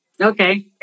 Okay